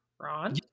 Ron